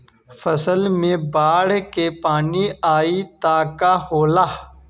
फसल मे बाढ़ के पानी आई त का होला?